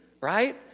Right